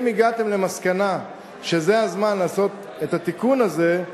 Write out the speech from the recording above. אם הגעתם למסקנה שזה הזמן לעשות את התיקון הזה,